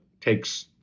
takes